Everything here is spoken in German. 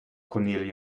cornelia